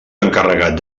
encarregat